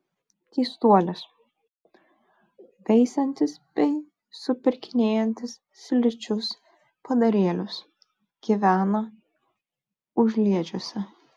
keistuolis veisiantis bei supirkinėjantis slidžius padarėlius gyvena užliedžiuose